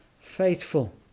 faithful